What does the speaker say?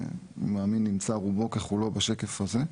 אני מאמין נמצא, רובו ככולו, בשקף הזה.